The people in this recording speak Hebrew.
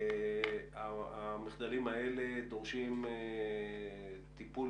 המחדלים האלה דורשים טיפול